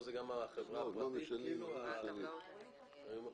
והטבלה השנייה היא גם לגבי אירועים פרטיים.